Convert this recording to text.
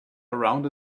around